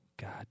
God